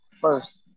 first